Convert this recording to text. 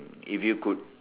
if you could